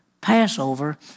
Passover